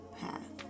path